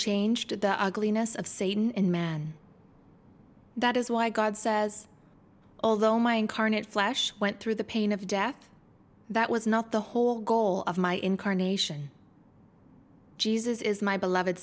changed the ugliness of satan and man that is why god says although my incarnate flash went through the pain of death that was not the whole goal of my incarnation jesus is my beloved